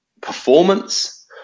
performance